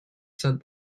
sent